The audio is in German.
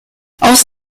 aus